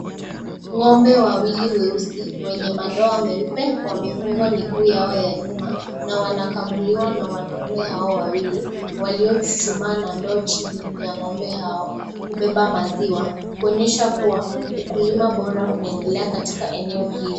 Ng'ombe wawili weusi wenye madoa meupe wamefungwa miguu yao ya nyuma na wanakamuliwa na wanaume hao wawili waliochuchumaa na ndoo chini ya ng'ombe hao kubeba maziwa kuonyesha kuwa ukulima bora unaendelea katika eneo hili.